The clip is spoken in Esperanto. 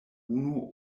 unu